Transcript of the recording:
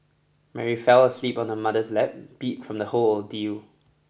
Mary fell asleep on her mother's lap beat from the whole ordeal